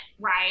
right